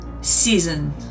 season